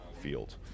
field